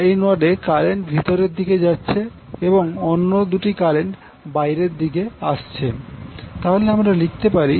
এই নোড এ কারেন্ট ভিতরের দিকে যাচ্ছে এবং অন্য দুটি কারেন্ট বাইরের দিকে আসছে